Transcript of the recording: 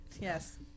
yes